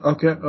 Okay